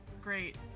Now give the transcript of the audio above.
great